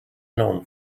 known